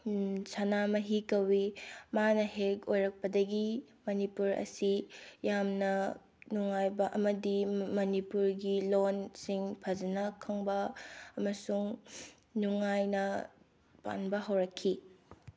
ꯁꯅꯥꯃꯍꯤ ꯀꯧꯏ ꯃꯥꯅ ꯍꯦꯛ ꯑꯣꯏꯔꯛꯄꯗꯒꯤ ꯃꯅꯤꯄꯨꯔ ꯑꯁꯤ ꯌꯥꯝꯅ ꯅꯨꯡꯉꯥꯏꯕ ꯑꯃꯗꯤ ꯃꯅꯤꯄꯨꯔꯒꯤ ꯂꯣꯟꯁꯤꯡ ꯐꯖꯅ ꯈꯪꯕ ꯑꯃꯁꯨꯡ ꯅꯨꯡꯉꯥꯏꯅ ꯄꯥꯟꯕ ꯍꯧꯔꯛꯈꯤ